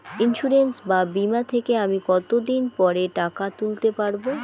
Insurance বা বিমা থেকে আমি কত দিন পরে টাকা তুলতে পারব?